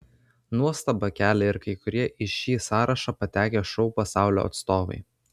nuostabą kelia ir kai kurie į šį sąrašą patekę šou pasaulio atstovai